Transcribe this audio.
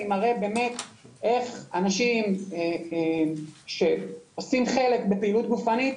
אני מראה באמת איך אנשים שלוקחים חלק בפעילות גופנית